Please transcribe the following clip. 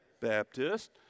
Baptist